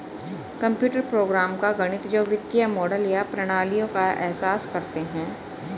computer program का गणित जो वित्तीय मॉडल या प्रणालियों का एहसास करते हैं